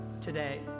today